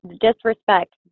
disrespect